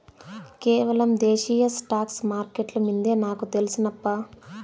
కేవలం దేశీయ స్టాక్స్ మార్కెట్లు మిందే నాకు తెల్సు నప్పా